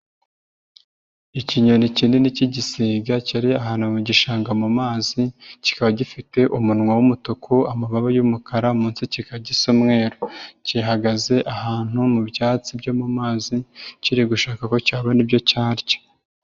Ikinyoni kinini k'igisiga kiri ahantu mu gishanga mu mazi kikaba gifite umunwa w'umutuku amababa y'umukara, munsi kikaba gisa umweru. Gihagaze ahantu mu byatsi byo mu mazi kiri gushaka ko cyabona ibyo cyarya.